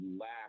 lack